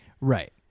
Right